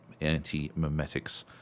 anti-memetics